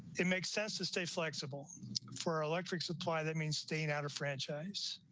it makes sense to stay flexible for electric supply that means staying out of franchise.